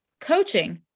coaching